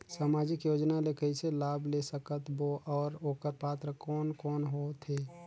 समाजिक योजना ले कइसे लाभ ले सकत बो और ओकर पात्र कोन कोन हो थे?